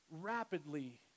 rapidly